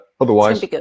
otherwise